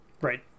Right